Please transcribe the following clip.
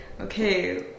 okay